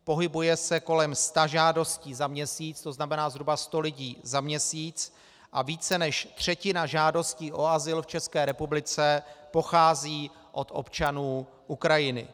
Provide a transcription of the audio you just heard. Pohybuje se kolem sta žádostí za měsíc, to znamená zhruba sto lidí za měsíc, a více než třetina žádostí o azyl v České republice pochází od občanů Ukrajiny.